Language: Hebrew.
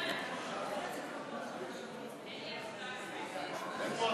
עיסאווי פריג', מיכל